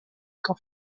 quand